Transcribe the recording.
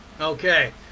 okay